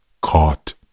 caught